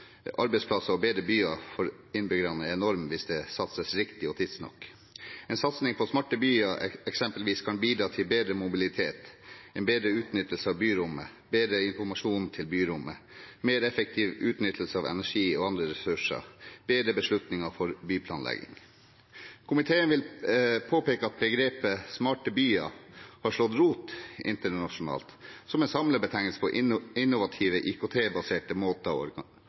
arbeidsplasser og bedre byer for innbyggerne er enorme hvis det satses riktig og tidsnok. En satsing på smarte byer kan eksempelvis bidra til bedre mobilitet, bedre utnyttelse av byrommet, bedre informasjon til byrommet, mer effektiv utnyttelse av energi og andre ressurser og bedre beslutninger for byplanlegging. Komiteen vil påpeke at begrepet smarte byer har slått rot internasjonalt, som en samlebetegnelse på innovative, IKT-baserte måter